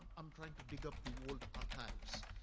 i'm trying to dig up the world archives,